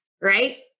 right